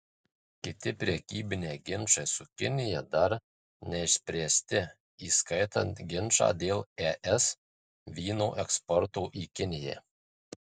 kiti prekybiniai ginčai su kinija dar neišspręsti įskaitant ginčą dėl es vyno eksporto į kiniją